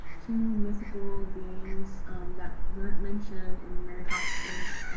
two mythical beings that weren't mentioned in mary haas's